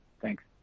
Thanks